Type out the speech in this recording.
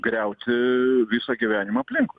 griauti visą gyvenimą aplinkui